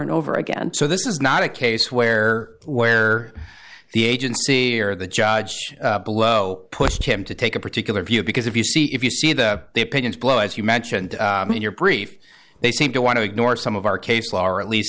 and over again so this is not a case where where the agency or the judge blow pushed him to take a particular view because if you see if you see that the opinions blow as you mentioned in your brief they seem to want to ignore some of our case law or at least